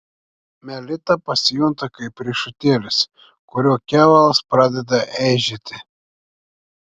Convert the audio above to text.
melita pasijunta kaip riešutėlis kurio kevalas pradeda eižėti